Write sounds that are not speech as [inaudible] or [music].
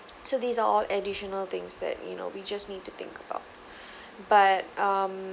so these are all additional things that you know we just need to think about [breath] but um